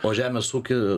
o žemės ūkį